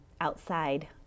outside